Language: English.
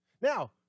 Now